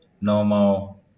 normal